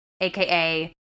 aka